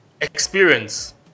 experience